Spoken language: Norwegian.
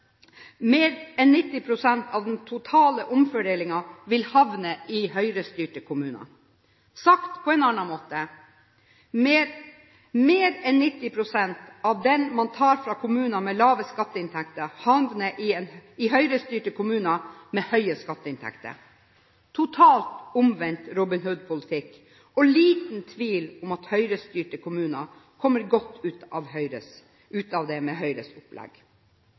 Mer enn 90 pst. av den totale omfordelingen vil havne i Høyre-styrte kommuner. Sagt på en annen måte: Mer enn 90 pst. av det man tar fra kommuner med lave skatteinntekter, havner i Høyre-styrte kommuner med høye skatteinntekter. Det er totalt omvendt Robin Hood-politikk, og det er liten tvil om at Høyre-styrte kommuner kommer godt ut av det med Høyres opplegg.